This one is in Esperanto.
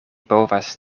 povas